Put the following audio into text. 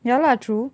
ya lah true